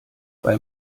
weil